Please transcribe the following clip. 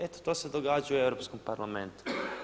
Eto to se događa u Europskom parlamentu.